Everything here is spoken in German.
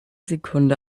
sekunde